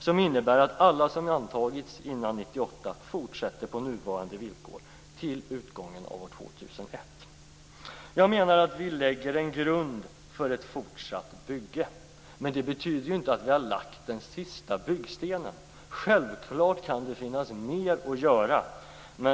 Det innebär att alla som antagits före 1998 fortsätter på nuvarande villkor till utgången av år 2001. Jag menar att vi lägger en grund för ett fortsatt bygge. Det betyder inte att vi har lagt den sista byggstenen. Självfallet kan det finnas mer att göra.